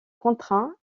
contraint